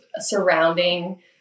surrounding